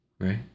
right